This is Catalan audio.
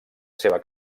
seva